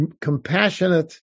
compassionate